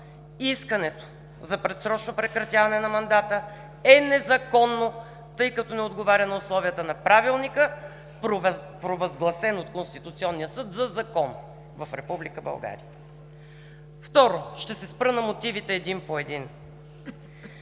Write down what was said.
искането за предсрочно прекратяване на мандата е незаконно, тъй като не отговаря на условията на Правилника, провъзгласен от Конституционния съд за закон в Република България. Второ, ще се спра на мотивите един по един.